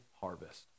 harvest